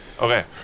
Okay